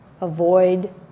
avoid